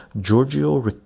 Giorgio